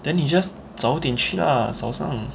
then 你 just 早一点去 ah 早上